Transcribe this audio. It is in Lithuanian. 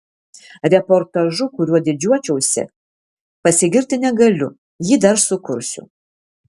reportažu kuriuo didžiuočiausi pasigirti negaliu jį dar sukursiu